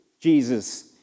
Jesus